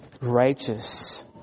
righteous